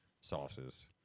sauces